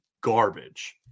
garbage